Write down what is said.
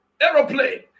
aeroplane